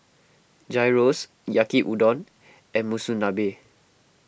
Gyros Yaki Udon and Monsunabe